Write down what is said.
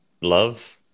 love